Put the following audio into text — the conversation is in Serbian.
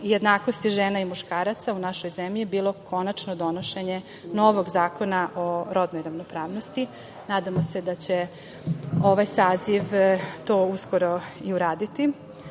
jednakosti žena i muškaraca u našoj zemlji bilo konačno donošenje novog zakona o rodnoj ravnopravnosti. Nadamo se da će ovaj saziv to uskoro i